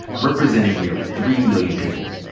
representing nearly three million people.